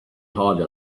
hardly